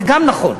זה גם נכון.